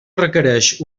requereix